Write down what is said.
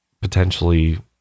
potentially